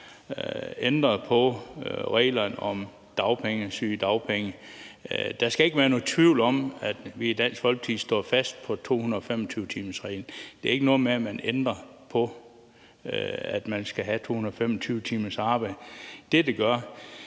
ændret på reglerne om dagpenge og sygedagpenge. Der skal ikke være nogen tvivl om, at vi i Dansk Folkeparti står fast på 225-timersreglen, og der er ikke noget med, at der ændres på, at man skal have 225 timers arbejde. Men i den her